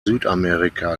südamerika